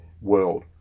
world